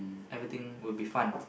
everything would be fun